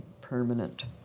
permanent